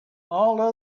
all